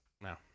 No